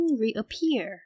reappear